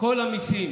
כל המיסים